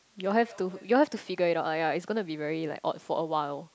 you all have to you all have to figure it out lah ya it's gonna be very like odd for awhile